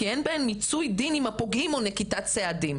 כי אין בהן מיצוי דין עם הפוגעים או נקיטת צעדים.